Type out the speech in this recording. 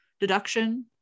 deduction